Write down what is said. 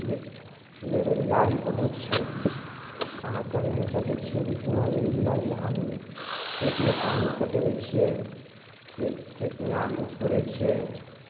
बे बेरोजगारी बहुत छै आहाँ कहि नहि सकै छियै जितना बेरोजगारी खेतमे पानि पटबै छियै खेत खेतमे आलू कोड़ै छियै